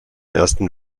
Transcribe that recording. ersten